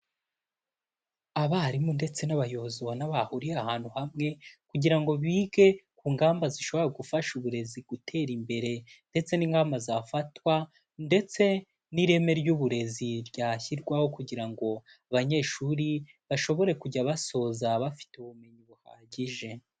Abarimu ndetse n'abayobozi ubona bahuriye ahantu hamwe kugira ngo bige ku ngamba zishobora gufasha uburezi gutera imbere ndetse n'ingamba zafatwa ndetse n'ireme ry'uburezi ryashyirwaho kugira ngo abanyeshuri bashobore kujya basoza bafite ubumenyi buhagije.